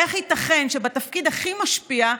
איך ייתכן שבתפקיד הכי משפיע,